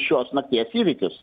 šios nakties įvykius